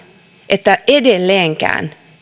että edelleenkään